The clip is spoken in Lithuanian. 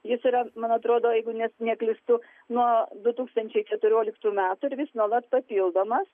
jis yra man atrodo jeigu nes neklystu nuo du tūkstančiai keturioliktų metų ir vis nuolat papildomas